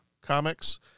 Comics